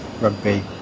rugby